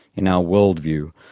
in our worldview,